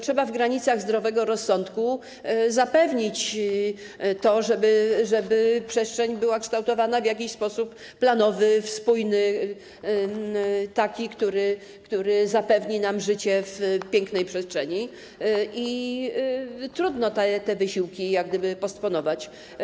Trzeba w granicach zdrowego rozsądku zapewnić to, żeby przestrzeń była kształtowana w sposób planowy, spójny, taki, który zapewni nam życie w pięknej przestrzeni, i trudno te wysiłki jak gdyby postponować.